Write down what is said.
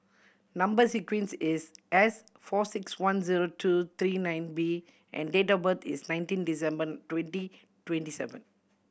number sequence is S four six one zero two three nine B and date of birth is nineteen December twenty twenty seven